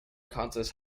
causes